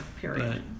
period